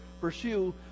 pursue